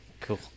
Cool